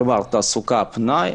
כלומר תעסוקה ופנאי,